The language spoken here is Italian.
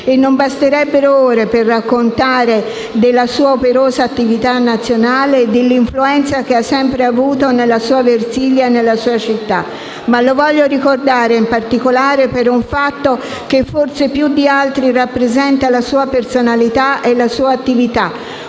e non basterebbero ore per raccontare della sua operosa attività nazionale e dell'influenza che ha sempre avuto nella sua Versilia e nella sua città. Ma lo voglio ricordare, in particolare, per un fatto che forse più di altri rappresenta la sua personalità e la sua attività.